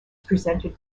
presented